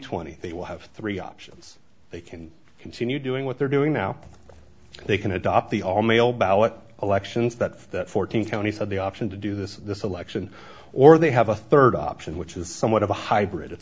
twenty they will have three options they can continue doing what they're doing now they can adopt the all male ballot elections that fourteen counties have the option to do this this election or they have a third option which is somewhat of a hybrid